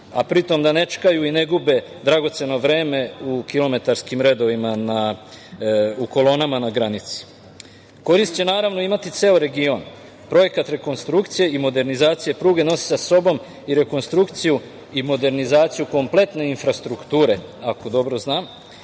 a pri tome da ne čekaju i ne gube dragoceno vreme u kilometarskim redovima u kolonama na granici. Korist će, naravno, imati ceo region. Projekat rekonstrukcije i modernizacije pruge nosi sa sobom i rekonstrukciju i modernizaciju kompletne infrastrukture, ako dobro znam,